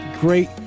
great